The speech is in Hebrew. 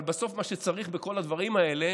אבל בסוף, מה שצריך בכל הדברים האלה